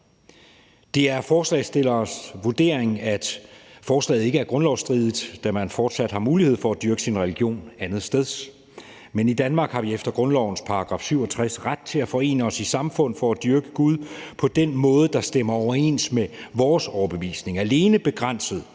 Det er forslagsstillernes vurdering, at forslaget ikke er grundlovsstridigt, da man fortsat har mulighed for at dyrke sin religion andetsteds, men i Danmark har vi efter grundlovens § 67 ret til at forene os i samfund for at dyrke Gud på den måde, der stemmer overens med vores overbevisning, alene begrænset